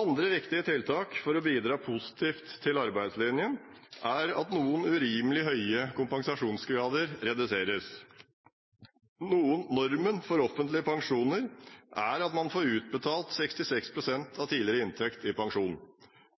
Andre viktige tiltak for å bidra positivt til arbeidslinjen er at noen urimelig høye kompensasjonsgrader reduseres. Normen for offentlige pensjoner er at man får utbetalt 66 pst. av tidligere inntekt i pensjon.